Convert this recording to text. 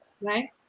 right